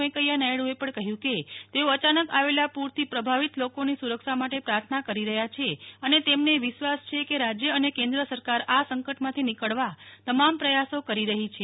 વેકૈંયા નાયડુએ પણ કહ્યું કે તેઓ અયાનક આવેલા પૂરથી પ્રભાવિત લોકોની સુરક્ષા માટે પ્રાર્થના કરી રહ્યા છે અને તેમને વિશ્વાસ છે કે રાજ્ય અને કેન્દ્ર સરકાર આ સંકટમાંથી નીકળવા તમામ પ્રયાસો કરી રહી છે